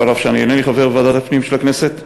אף שאני אינני חבר ועדת הפנים של הכנסת.